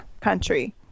country